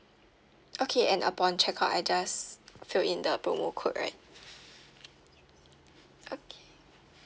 okay and upon check out I just fill in the promo code right okay